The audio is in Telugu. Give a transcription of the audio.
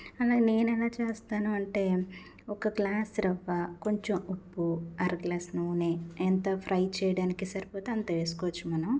అలా నేనెలా చేస్తాను అంటే ఒక గ్లాసు రవ్వ కొంచెం ఉప్పు అర గ్లాసు నూనె ఎంత ఫ్రై చేయడానికి సరిపోతే అంత వేసుకోవచ్చు మనం